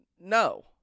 No